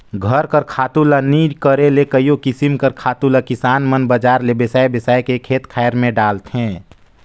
घर कर खातू ल नी करे ले कइयो किसिम कर खातु ल किसान मन बजार ले बेसाए बेसाए के खेत खाएर में डालथें